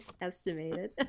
estimated